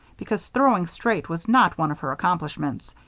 because throwing straight was not one of her accomplishments.